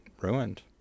ruined